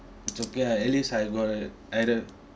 it's okay lah at least I got I had a